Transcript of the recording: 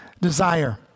desire